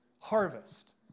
harvest